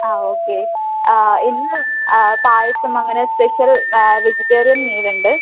yes okay ഇന്ന് പായസം അങ്ങനെ special vegetarian meal ഉണ്ട്